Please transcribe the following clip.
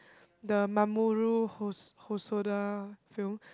the Mamoru-Hos~ Hosoda film